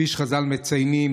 כפי שחז"ל מציינים,